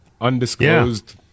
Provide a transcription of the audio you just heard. undisclosed